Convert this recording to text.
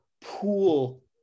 pool